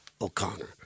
O'Connor